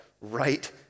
right